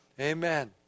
amen